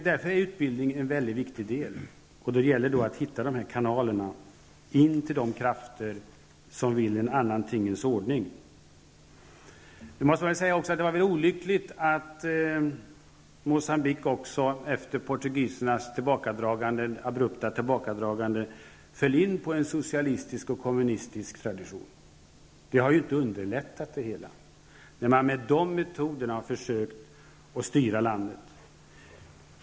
Därför är utbildning en mycket viktig del, och det gäller att hitta kanalerna in till de krafter som vill ha en annan tingens ordning. Man måste också säga att det var olyckligt att Moçambique efter portugisernas abrupta tillbakadragande föll in i en socialistisk och kommunistisk tradition. De metoderna har inte underlättat det hela när man har försökt styra landet.